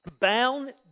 bound